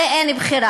הרי אין בחירה.